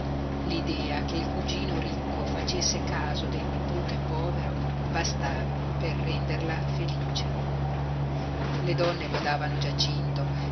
l'idea che il cugino ricco facesse caso del nipote povero bastava per renderla felice le donne lodavano giacinto